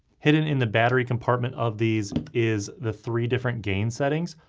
hidden in the battery compartment of these is the three different gain settings,